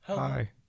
hi